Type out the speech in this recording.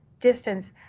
distance